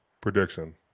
Prediction